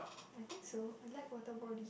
I think so I like water body